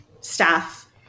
staff